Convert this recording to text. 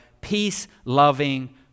peace-loving